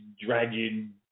Dragon